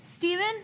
Steven